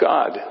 God